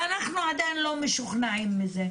ואנחנו עדיין לא משוכנעים בזה,